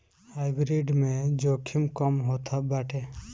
hybrid में जोखिम कम होत बाटे